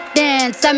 dance